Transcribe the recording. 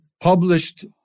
published